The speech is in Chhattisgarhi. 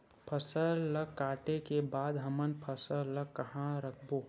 फसल ला काटे के बाद हमन फसल ल कहां रखबो?